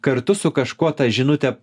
kartu su kažkuo tą žinutę